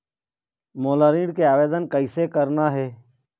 मोला ऋण के आवेदन कैसे करना हे?